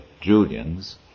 Julian's